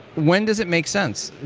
when does it make sense?